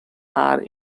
are